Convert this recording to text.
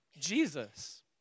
Jesus